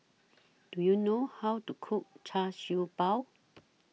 Do YOU know How to Cook Char Siew Bao